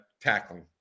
tackling